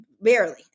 barely